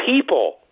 people